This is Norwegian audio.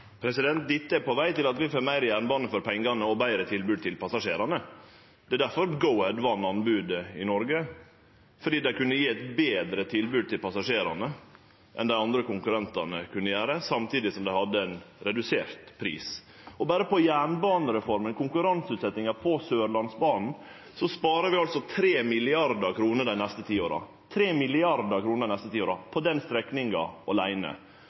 veg til at vi får meir jernbane for pengane og betre tilbod til passasjerane. Det er difor Go-Ahead vann anbodet i Noreg, fordi dei kunne gje eit betre tilbod til passasjerane enn dei andre konkurrentane kunne gjere – samtidig som dei hadde ein redusert pris. Berre på jernbanereforma, konkurranseutsetjinga på Sørlandsbanen, sparer vi altså 3 mrd. kr – 3 mrd. kr – dei neste ti åra